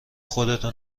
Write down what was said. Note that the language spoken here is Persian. خودتو